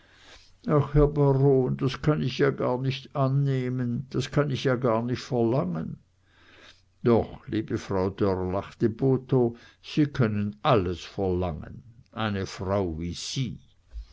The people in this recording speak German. das kann ich ja gar nich annehmen das kann ich ja gar nich verlangen doch liebe frau dörr lachte botho sie können alles verlangen eine frau wie sie